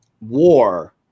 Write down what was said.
War